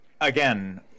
again